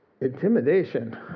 Intimidation